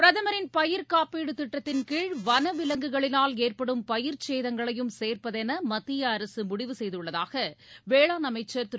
பிரதமரின் பயிர்க்காப்பீடு திட்டத்தின் கீழ் வளவிலங்குகளினால் ஏற்படும் பயிர்ச் சேதங்களையும் சேர்ப்பதென மத்திய அரசு முடிவு செய்துள்ளதாக வேளாண் அமைச்சர் திரு